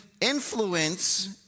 influence